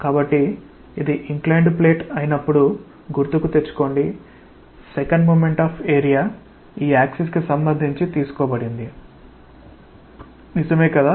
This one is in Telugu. కాబట్టి ఇది ఇంక్లైన్డ్ ప్లేట్ అయినప్పుడు గుర్తుకు తెచ్చుకోండి సెకండ్ మోమెంట్ ఆఫ్ ఏరియా ఈ యాక్సిస్ కి సంబంధించి తీసుకోబడింది నిజమే కదా